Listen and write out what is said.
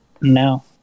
no